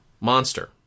Monster